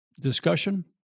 discussion